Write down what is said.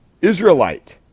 Israelite